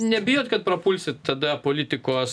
nebijot kad prapulsit tada politikos